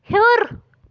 ہیوٚر